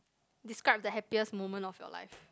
describe the happiest moment of your life